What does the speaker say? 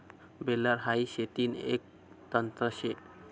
baler हाई शेतीन एक यंत्र शे